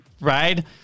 right